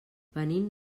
venim